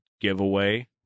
giveaway